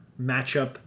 matchup